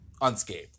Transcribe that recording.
unscathed